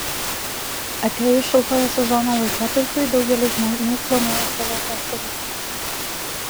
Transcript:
atėjus šiltojo sezono laikotarpiui daugelis žmonių planuoja savo atostogas